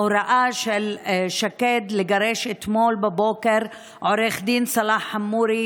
ההוראה של שקד לגרש אתמול בבוקר את עורך הדין סלאח חמורי,